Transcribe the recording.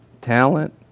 talent